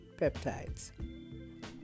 peptides